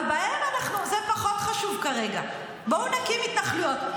אבל זה פחות חשוב כרגע, בואו נקים התנחלויות.